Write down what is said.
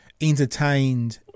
entertained